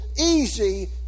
easy